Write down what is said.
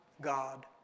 God